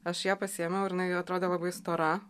aš ją pasiėmiau ir nujinai atrodė labai stora